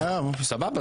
סבבה.